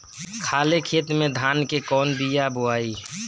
खाले खेत में धान के कौन बीया बोआई?